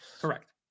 Correct